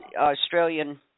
Australian